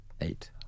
eight